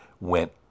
went